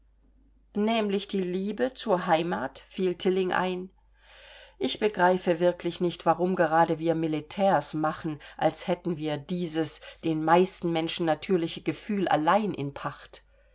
nämlich die liebe zur heimat fiel tilling ein ich begreife wirklich nicht warum gerade wir militärs machen als hätten wir dieses den meisten menschen natürliche gefühl allein in pacht